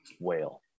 Whale